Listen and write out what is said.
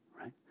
right